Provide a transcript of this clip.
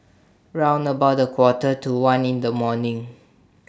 round about A Quarter to one in The morning